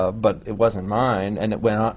but it wasn't mine, and it went on,